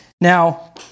Now